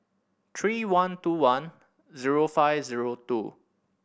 three one two one zero five zero two